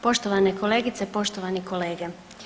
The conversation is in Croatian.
Poštovane kolegice, poštovani kolege.